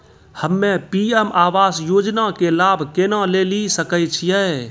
हम्मे पी.एम आवास योजना के लाभ केना लेली सकै छियै?